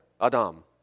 Adam